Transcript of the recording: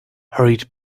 hurried